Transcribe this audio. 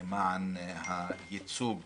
למען הייצוג